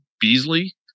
Beasley